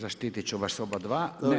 Zaštitit ću vas obadva.